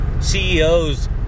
CEOs